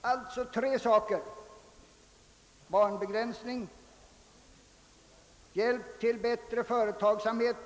Det är alltså tre saker det gäller: barnbegränsning, hjälp till bättre företagsamhet